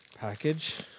package